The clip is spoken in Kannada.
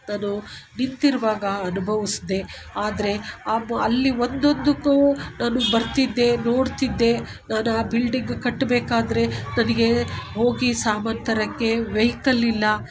ನಾನು ನಿಂತಿರುವಾಗ ಅನ್ಬೌವಿಸ್ದೇ ಆದರೆ ಅಲ್ಲಿ ಒಂದೊಂದಕ್ಕೂ ನಾನು ಬರ್ತಿದ್ದೆ ನೋಡ್ತಿದ್ದೆ ನಾನು ಆ ಬಿಲ್ಡಿಂಗ್ ಕಟ್ಬೇಕಾದರೆ ನನಗೆ ಹೋಗಿ ಸಾಮಾನು ತರಕ್ಕೆ ವೇಯ್ಕಲ್ ಇಲ್ಲ